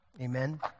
Amen